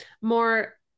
more